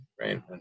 right